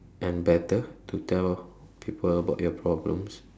and better to tell people about your problems